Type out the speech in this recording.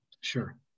sure